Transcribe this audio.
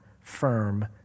firm